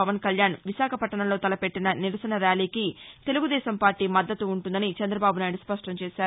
పవన్కల్యాణ్ విశాఖపట్టణంలో తలపెట్టిన నిరసన ర్యాలీకి తెలుగుదేశం పార్టీ మద్దతు ఉంటుందని చంద్రబాబు నాయుడు స్పష్టం చేశారు